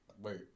Wait